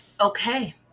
Okay